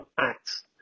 acts